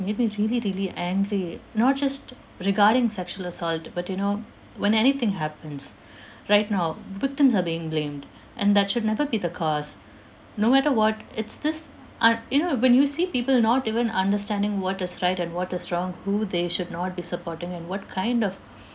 made me really really angry not just regarding sexual assault but you know when anything happens right now victims are being blamed and that should never be the cause no matter what it's this uh you know when you see people not even understanding what is right and what is wrong who they should not be supporting and what kind of